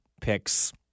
picks